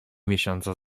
miesiąca